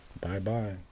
bye-bye